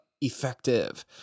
effective